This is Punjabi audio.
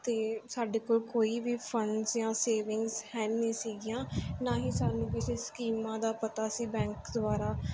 ਅਤੇ ਸਾਡੇ ਕੋਲ ਕੋਈ ਵੀ ਫੰਡਸ ਜਾਂ ਸੇਵਿੰਗਸ ਹੈ ਨਹੀਂ ਸੀਗੀਆਂ ਨਾ ਹੀ ਸਾਨੂੰ ਕਿਸੇ ਸਕੀਮਾਂ ਦਾ ਪਤਾ ਸੀ ਬੈਂਕ ਦੁਆਰਾ